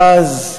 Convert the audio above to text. ואז,